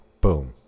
boom